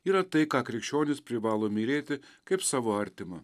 yra tai ką krikščionys privalo mylėti kaip savo artimą